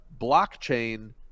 blockchain